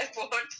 Airport